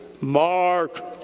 Mark